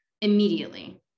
immediately